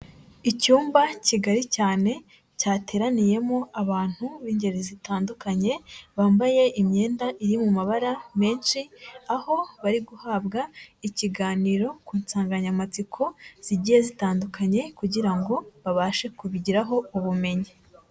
Icyumba kigari cyane cyateraniyemo abantu b'ingeri zitandukanye, bambaye imyenda iri mu mabara menshi aho bari guhabwa ikiganiro ku nsanganyamatsiko zigiye zitandukanye kugira ngo babashe kubigiraho ubumenyi.